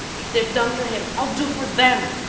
if they've done for him, i'll do for them!